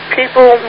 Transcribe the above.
people